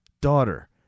daughter